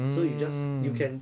so you just you can